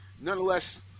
nonetheless